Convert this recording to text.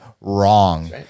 wrong